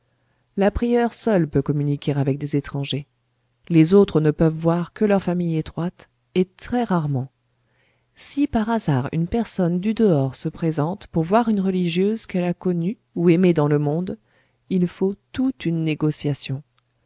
la prieure seule peut communiquer avec des étrangers les autres ne peuvent voir que leur famille étroite et très rarement si par hasard une personne du dehors se présente pour voir une religieuse qu'elle a connue ou aimée dans le monde il faut toute une négociation